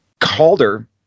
Calder